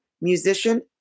musician